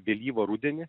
vėlyvą rudenį